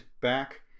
back